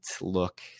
look